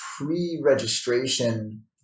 pre-registration